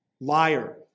Liar